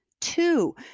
Two